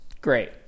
Great